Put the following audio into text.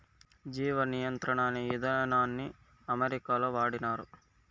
జీవ నియంత్రణ అనే ఇదానాన్ని అమెరికాలో వాడినారు